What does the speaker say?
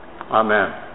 Amen